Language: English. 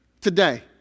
today